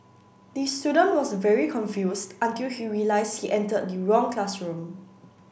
the student was very confused until he realised he entered the wrong classroom